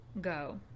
Go